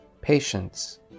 Patience